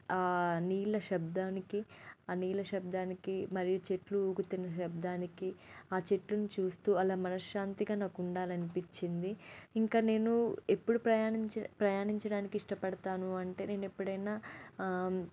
ఆ నీళ్ళ శబ్దానికి ఆ నీళ్ళ శబ్దానికి మరియు చెట్లు ఊగుతున్న శబ్దానికి ఆ చెట్లును చూస్తూ అలా మనశ్శాంతిగా నాకు ఉండాలనిపిచ్చింది ఇంకా నేను ఎప్పుడు ప్రయాణించ ప్రయాణించడానికి ఇష్టపడతాను అంటే నేనెప్పుడైనా